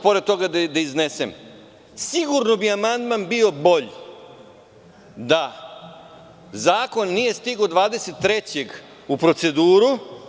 Pored toga, moram još da iznesem, sigurno bi amandman bio bolji da zakon nije stigao 23. u proceduru.